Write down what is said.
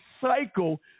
cycle